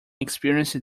experiencing